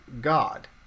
God